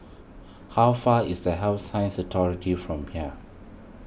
how far is the Health Sciences Authority from here